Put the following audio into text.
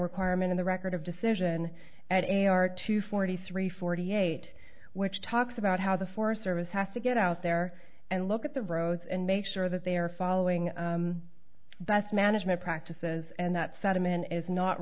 requirement in the record of decision at a r two forty three forty eight which talks about how the forest service has to get out there and look at the roads and make sure that they are following best management practices and that